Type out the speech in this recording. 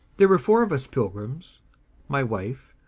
there were four of us pilgrims my wife,